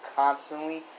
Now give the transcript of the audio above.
constantly